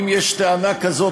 אם יש טענה כזאת,